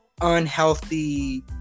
unhealthy